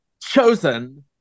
Chosen